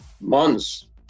months